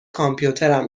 کامپیوترم